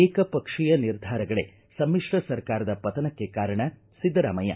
ಏಕ ಪಕ್ಷೀಯ ನಿರ್ಧಾರಗಳೇ ಸಮ್ಮಿಶ್ರ ಸರ್ಕಾರದ ಪತನಕ್ಕೆ ಕಾರಣ ಸಿದ್ದರಾಮಯ್ಯ